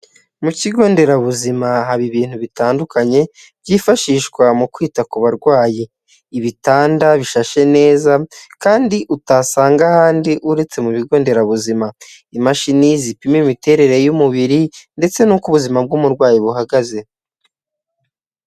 Mu kigo nderabuzima haba ibintu bitandukanye, byifashishwa mu kwita ku barwayi. Ibitanda bishashe neza, kandi utasanga ahandi, uretse mu bigo nderabuzima. Imashini zipima imiterere y'umubiri, ndetse n'uko ubuzima bw'umurwayi buhagaze.